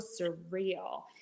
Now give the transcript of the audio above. surreal